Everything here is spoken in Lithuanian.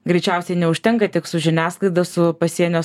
greičiausiai neužtenka tik su žiniasklaida su pasienio